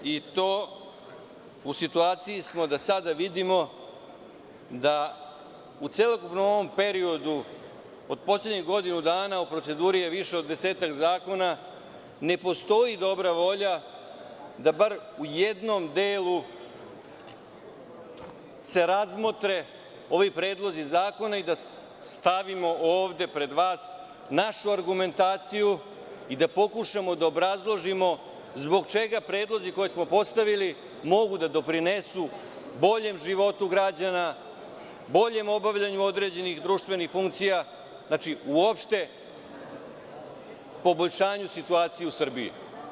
U situaciji smo sada da vidimo da je u celokupnom ovom periodu od poslednjih godinu dana u proceduri više od desetak zakona i ne postoji dobra volja da se bar u jednom delu razmotre ovi predlozi zakona, da stavimo ovde pred vas našu argumentaciju i da pokušamo da obrazložimo zbog čega predlozi koje smo postavili mogu da doprinesu boljem životu građana, boljem obavljanju određenih društvenih funkcija, uopšte poboljšanju situacije u Srbiji.